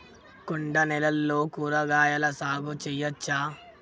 కొండ నేలల్లో కూరగాయల సాగు చేయచ్చా?